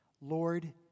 Lord